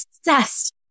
obsessed